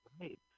Right